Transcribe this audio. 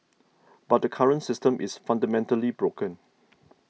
but the current system is fundamentally broken